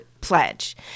pledge